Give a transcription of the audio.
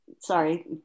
Sorry